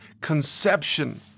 conception